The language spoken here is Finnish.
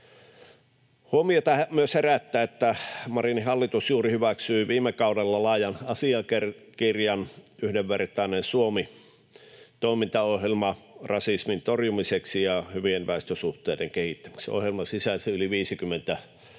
Huomiota myös herättää, että Marinin hallitus juuri viime kaudella hyväksyi laajan asiakirjan ”Yhdenvertainen Suomi — toimintaohjelma rasismin torjumiseksi ja hyvien väestösuhteiden kehittämiseksi”. Ohjelma sisälsi yli 50